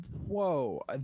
Whoa